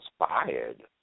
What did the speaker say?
inspired